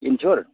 insurance